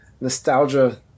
nostalgia